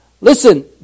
Listen